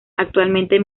actualmente